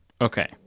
Okay